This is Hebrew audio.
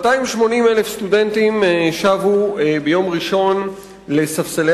280,000 סטודנטים שבו ביום ראשון לספסלי